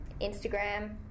Instagram